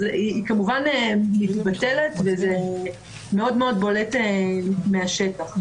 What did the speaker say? אז היא כמובן מתבטלת וזה מאוד בולט מהשטח.